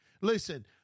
Listen